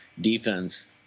defense